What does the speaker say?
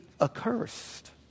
accursed